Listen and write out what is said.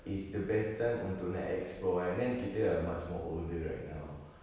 it's the best time untuk nak explore and then kita are much more older right now